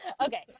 Okay